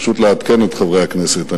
פשוט לעדכן את חברי הכנסת.